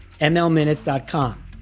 mlminutes.com